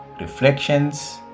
Reflections